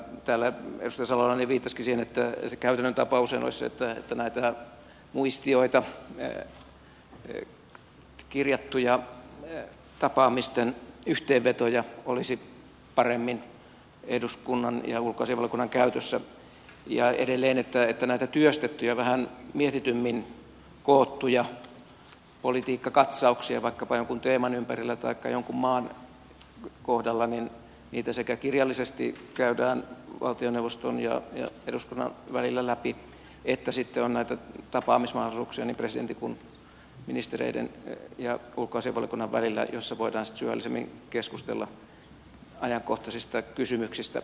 täällä edustaja salolainen viittasikin siihen että käytännön tapaushan olisi se että näitä muistioita kirjattuja tapaamisten yhteenvetoja olisi paremmin eduskunnan ja ulkoasiainvaliokunnan käytössä ja edelleen että näitä työstettyjä vähän mietitymmin koottuja politiikkakatsauksia vaikkapa jonkun teeman ympärillä taikka jonkun maan kohdalla kirjallisesti käydään valtioneuvoston ja eduskunnan välillä läpi ja että on niin presidentin kuin ministereiden ja ulkoasiainvaliokunnan välillä mahdollisuuksia tapaamisiin joissa voidaan sitten syvällisemmin keskustella ajankohtaisista kysymyksistä